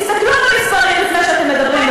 תסתכלו במספרים לפני שאתם מדברים,